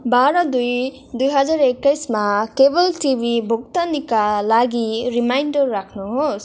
बाह्र दुई दुई हजार एक्काईसमा केवल टिभी भुक्तानीका लागि रिमाइन्डर राख्नुहोस्